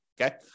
okay